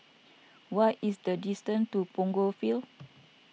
what is the distance to Punggol Field